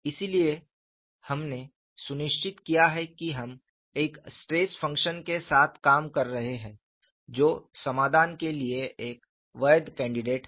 इसलिए हमने सुनिश्चित किया है कि हम एक स्ट्रेस फंक्शन के साथ काम कर रहे हैं जो समाधान के लिए एक वैध कैंडिडेट है